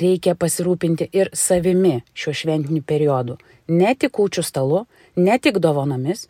reikia pasirūpinti ir savimi šiuo šventiniu periodu ne tik kūčių stalu ne tik dovanomis